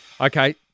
Okay